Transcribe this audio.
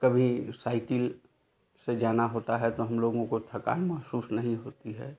कभी साइकिल से जाना होता है तो हम लोगों को थकान महसूस नहीं होती है